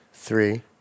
Three